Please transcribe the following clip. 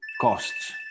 costs